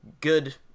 good